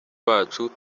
bacu